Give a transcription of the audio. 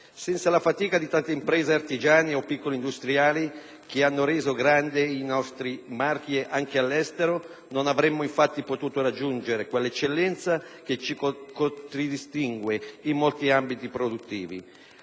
Senza la fatica di tante imprese artigiane o piccoli industriali, che hanno reso grandi i nostri marchi anche all'estero, non avremmo infatti potuto raggiungere quell'eccellenza che ci contraddistingue in molti ambiti produttivi.